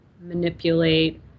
manipulate